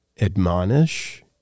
admonish